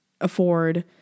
afford